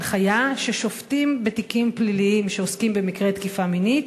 ששופטים בתיקים פליליים שעוסקים במקרי תקיפה מינית